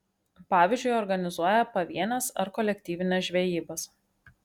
pavyzdžiui organizuoja pavienes ar kolektyvines žvejybas